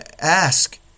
Ask